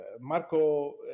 Marco